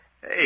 Hey